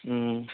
ம்